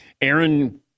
Aaron